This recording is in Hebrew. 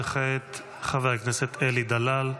וכעת חבר הכנסת אלי דלל.